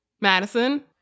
Madison